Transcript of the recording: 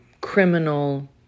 criminal